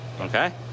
Okay